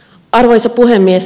arvoisa puhemies